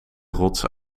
rots